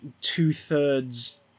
two-thirds